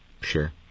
Sure